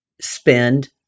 spend